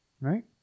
Right